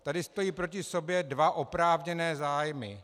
Tady stojí proto sobě dva oprávněné zájmy.